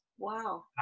Wow